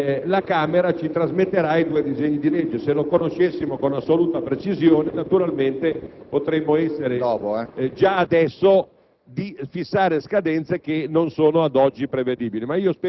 il momento esatto nel quale la Camera dei deputati ci trasmetterà i due disegni di legge. Se lo conoscessimo con assoluta precisione, naturalmente potremmo essere già adesso